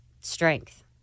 strength